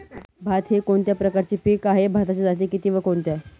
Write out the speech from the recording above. भात हे कोणत्या प्रकारचे पीक आहे? भाताच्या जाती किती व कोणत्या?